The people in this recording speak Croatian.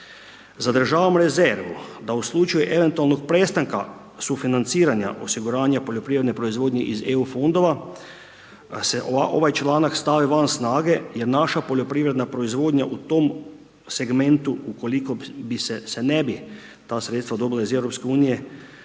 Zadržavam rezervu da u slučaju eventualnog prestanka sufinanciranja osiguranja poljoprivredne proizvodnje iz EU fondova se ovaj članak stavi van snage jer naša poljoprivredna proizvodnja u tom segmentu ukoliko se ne bi ta sredstva dobila iz EU-a,